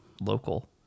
local